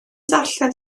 darllen